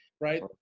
right